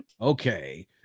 Okay